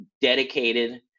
dedicated